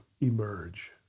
emerge